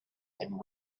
and